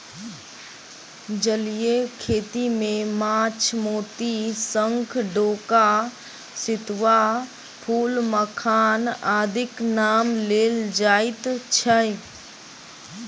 जलीय खेती मे माछ, मोती, शंख, डोका, सितुआ, फूल, मखान आदिक नाम लेल जाइत छै